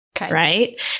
right